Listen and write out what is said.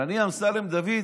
ואני, אמסלם דוד,